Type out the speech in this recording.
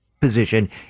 position